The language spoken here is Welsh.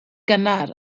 gynnar